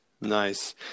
Nice